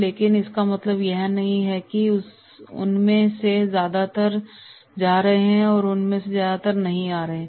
लेकिन इसका मतलब यह नहीं है कि उनमें से ज्यादातर जा रहे हैं उनमें से ज्यादातर नहीं आ रहे हैं